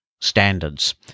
Standards